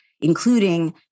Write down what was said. including